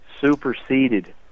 Superseded